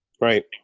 Right